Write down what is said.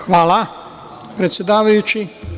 Hvala, predsedavajući.